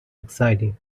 exciting